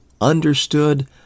understood